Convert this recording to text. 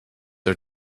are